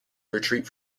retreat